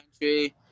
country